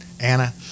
Anna